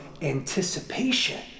anticipation